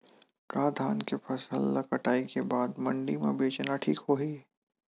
का धान के फसल ल कटाई के बाद मंडी म बेचना ठीक होही?